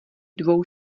dvou